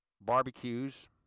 Barbecues